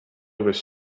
was